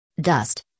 Dust